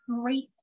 great